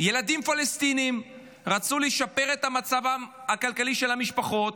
ילדים פלסטינים רצו לשפר את המצב הכלכלי של המשפחות,